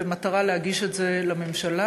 במטרה להגיש את זה לממשלה.